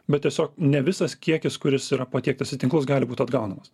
bet tiesiog ne visas kiekis kuris yra patiektas į tinklus gali būt atgaunamas